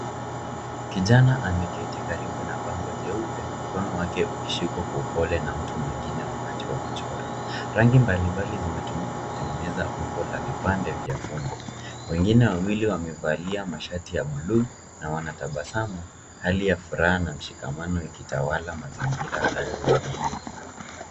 Kijana ameketi karibu na bango jeupe mkono wake ukishikwa kwa upole namtu mwengine wakati wa kuchora. Rangi mbalimbali zimetumika kutengeneza umbo la vipande vya fumbo. Wengine wawili wamevalia mashati ya buluu na wanatabasamu hali ya furaha na mshikamani ikitawala mazingira hayo ya ubinifu.